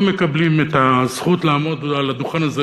לא מקבלים את הזכות לעמוד על הדוכן הזה